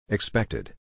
Expected